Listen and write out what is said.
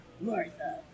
Martha